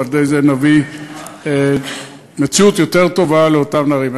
ועל-ידי זה נביא מציאות יותר טובה לאותם נערים.